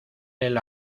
del